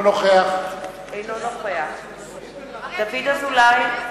נוכח דוד אזולאי,